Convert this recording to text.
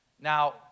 now